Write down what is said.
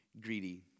greedy